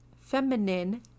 feminine